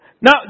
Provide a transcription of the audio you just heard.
Now